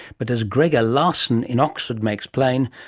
but as greger larson in oxford makes plain,